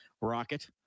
rocket